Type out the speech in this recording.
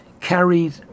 carried